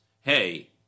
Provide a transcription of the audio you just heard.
hey